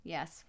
Yes